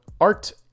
art